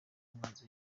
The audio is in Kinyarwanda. n’umwanzi